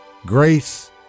Grace